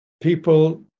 people